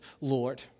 Lord